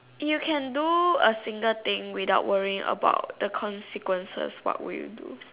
you can do a single thing without worrying about the consequences what would you do